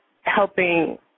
helping